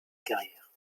carrière